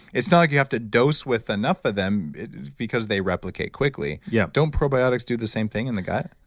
it's not like you have to dose with enough of them because they replicate quickly. yeah don't probiotics do the same thing in the gut?